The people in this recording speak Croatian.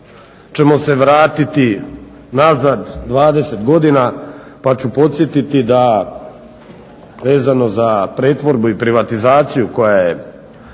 ćemo se vratiti nazad 20 godina pa ću podsjetiti da vezano za pretvorbu i privatizaciju koja je,